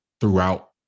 throughout